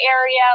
area